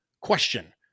question